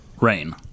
Rain